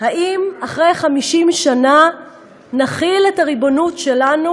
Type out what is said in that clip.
האם אחרי 50 שנה נחיל את הריבונות שלנו